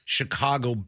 Chicago